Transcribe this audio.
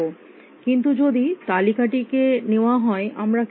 কিন্তু যদি তালিকাটিকে নেওয়া হয় আমরা কিভাবে করব